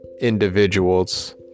individuals